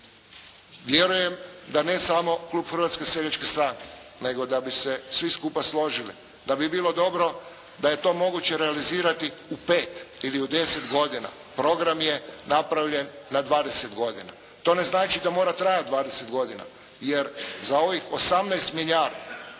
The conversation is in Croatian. Vjerujem da ne samo klub Hrvatske seljačke stranke nego da bi se svi skupa složili, da bi bilo dobro da je to moguće realizirati u pet ili u deset godina. Program je napravljen na dvadeset godina. To ne znači da mora trajat dvadeset godina. Jer za ovih 18 milijardi,